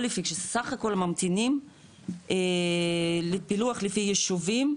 שסך הכול ממתינים לפילוח לפי יישובים,